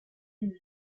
and